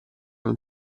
non